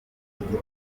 igitabo